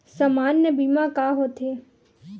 सामान्य बीमा का होथे?